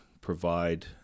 provide